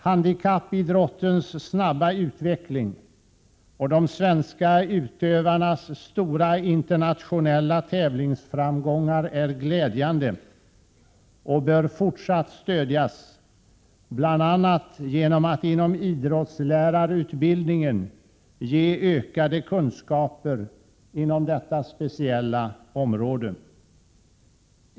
Handikappidrottens snabba utveckling och de svenska utövarnas stora internationella tävlingsframgångar är glädjande. De bör få fortsatt stöd bl.a. genom att man inom idrottslärarutbildningen ger ökade kunskaper inom detta speciella område.